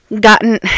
gotten